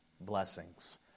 blessings